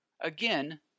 Again